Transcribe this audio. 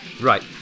Right